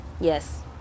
Yes